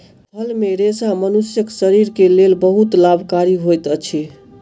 फल मे रेशा मनुष्यक शरीर के लेल बहुत लाभकारी होइत अछि